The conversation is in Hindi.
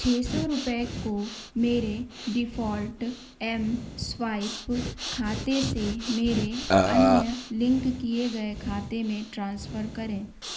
छः सौ रुपये को मेरे डिफ़ॉल्ट ए स्वाइप खाते से मेरे अन्य लिंक किए गए खाते में ट्रांसफ़र करें